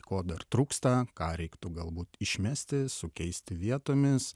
ko dar trūksta ką reiktų galbūt išmesti sukeisti vietomis